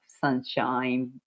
sunshine